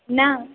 न